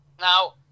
Now